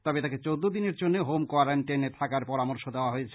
তবে তাকে চৌদ্দ দিনের জন্য হোম কোয়ারেন্টাইনে থাকার পরামর্শ দেওয়া হয়েছে